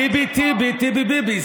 ביבי-טיבי, טיבי-ביבי.